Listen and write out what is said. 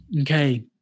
okay